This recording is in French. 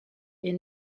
est